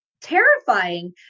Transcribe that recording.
terrifying